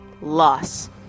Loss